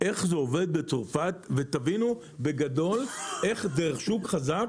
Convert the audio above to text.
איך זה עובד בצרפת ותבינו בגדול איך דרך שוק חזק,